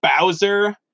Bowser